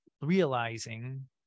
realizing